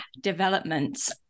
developments